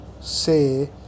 say